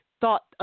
thought